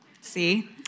See